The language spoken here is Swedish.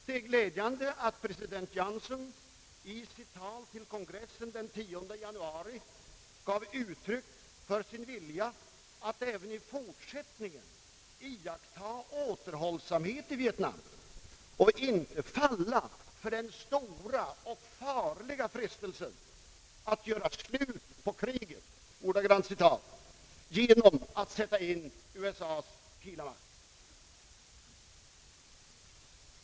Det är glädjande att president Johnson i sitt tal till kongressen den 10 januari gav uttryck för sin vilja att även i fortsättningen iaktta återhållsamhet i Vietnam och inte falla för den stora och farliga frestelsen »att göra slut på kriget) genom att sätta in USA:s hela makt.